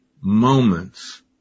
moments